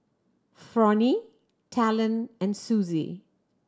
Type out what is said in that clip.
Fronnie Talon and Suzie